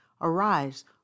Arise